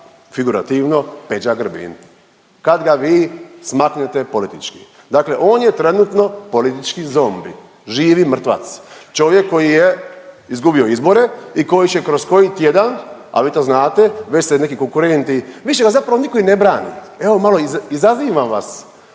figurativno Peđa Grbin kad ga vi smaknete politički, dakle on je trenutno politički zombi, živi mrtvac, čovjek koji je izgubio izbore i koji će kroz koji tjedan, a vi to znate već se neki konkurenti, više ga zapravo niko i ne brani. Evo malo izazivam vas